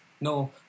no